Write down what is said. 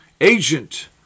agent